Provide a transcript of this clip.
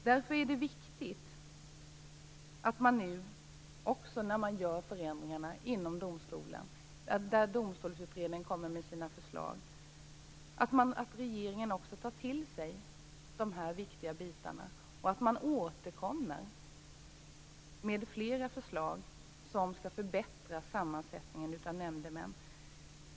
Därför är det viktigt att regeringen, nu när det skall göras förändringar inom domstolen - Domstolsutredningen kommer med sina förslag - också tar till sig detta och återkommer med flera förslag som skall förbättra sammansättningen av nämndemän.